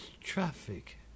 traffic